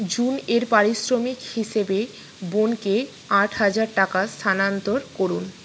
June এর পারিশ্রমিক হিসেবে বোনকে আট হাজার টাকা স্থানান্তর করুন